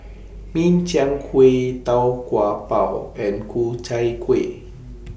Min Chiang Kueh Tau Kwa Pau and Ku Chai Kueh